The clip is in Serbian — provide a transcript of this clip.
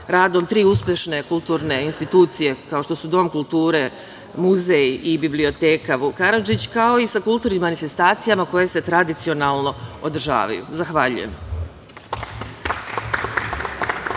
radom tri uspešne kulturne institucije kao što su dom kulture, muzej i biblioteka „Vuk Karadžić“, kao i sa kulturnim manifestacijama koje se tradicionalno održavaju. Zahvaljujem.